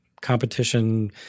competition